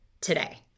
today